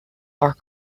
are